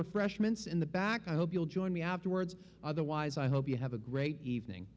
refreshments in the back i hope you'll join me afterwards otherwise i hope you have a great evening